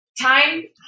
time